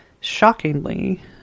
shockingly